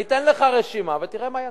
אני אתן לך רשימה ותראה מה יצא.